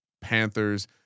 Panthers